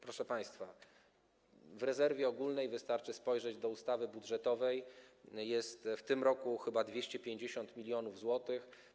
Proszę państwa, w rezerwie ogólnej - wystarczy spojrzeć do ustawy budżetowej - jest w tym roku chyba 250 mln zł.